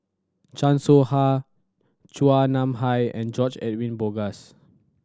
Chan Soh Ha Chua Nam Hai and George Edwin Bogaars